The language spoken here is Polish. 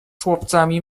chłopcami